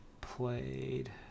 played